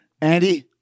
Andy